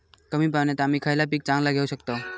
कमी पाण्यात आम्ही खयला पीक चांगला घेव शकताव?